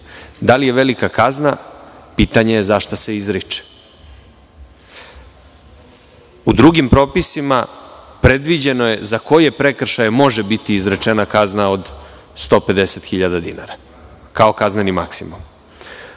Da li je velika kazna? Pitanje je za šta se izriče. U drugim propisima predviđeno je za koje prekršaje može biti izrečena kazna od 150 hiljada dinara kao kazneni maksimum.